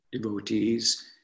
devotees